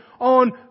on